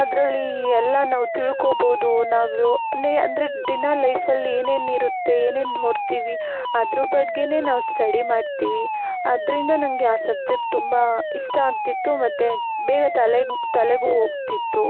ಅದರಲ್ಲಿ ಎಲ್ಲ ನಾವು ತಿಳ್ಕೋಬೋದು ನಾವು ನೀ ಅಂದರೆ ದಿನ ಲೈಫಲ್ಲಿ ಏನೇನು ಇರುತ್ತೆ ಏನೇನು ನೋಡ್ತೀವಿ ಅದ್ರ ಬಗ್ಗೆನೇ ನಾವು ಸ್ಟಡಿ ಮಾಡ್ತೀವಿ ಅದರಿಂದ ನನಗೆ ಆ ಸಬ್ಜೆಕ್ಟ್ ತುಂಬ ಇಷ್ಟ ಆಗ್ತಿತ್ತು ಮತ್ತು ಬೇಗ ತಲೆಗೂ ತಲೆಗೂ ಹೋಗ್ತಿತ್ತು